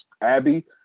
Abby